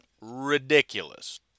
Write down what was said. ridiculous